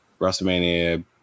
WrestleMania